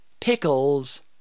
pickles